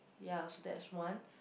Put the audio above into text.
ya so that's one